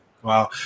Wow